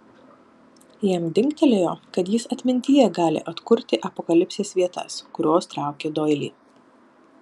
jam dingtelėjo kad jis atmintyje gali atkurti apokalipsės vietas kurios traukė doilį